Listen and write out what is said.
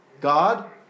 God